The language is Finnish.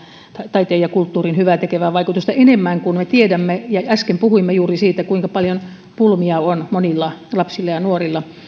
taiteen ja kulttuurin hyvää tekevää vaikutusta enemmän kun me tiedämme ja äsken puhuimme juuri siitä kuinka paljon pulmia on monilla lapsilla ja nuorilla